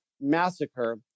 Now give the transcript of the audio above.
massacre